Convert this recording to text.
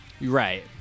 Right